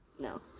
no